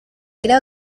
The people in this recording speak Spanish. creo